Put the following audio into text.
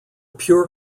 pure